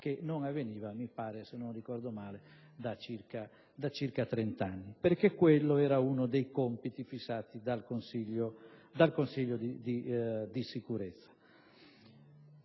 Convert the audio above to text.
che non avveniva - se non ricordo male - da circa 30 anni. Quello, infatti, era uno dei compiti fissati dal Consiglio di Sicurezza.